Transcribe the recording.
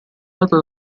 data